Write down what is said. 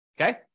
Okay